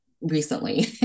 recently